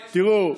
תראו,